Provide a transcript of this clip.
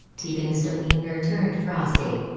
teabing's demeanor turned frosty.